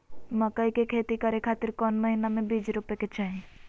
मकई के खेती करें खातिर कौन महीना में बीज रोपे के चाही?